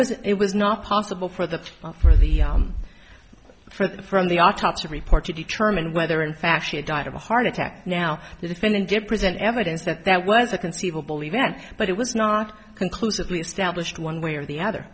was it was not possible for the for the for the from the autopsy report to determine whether in fashion it died of a heart attack now the defendant did present evidence that that was a conceivable event but it was not conclusively established one way or the other